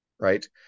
right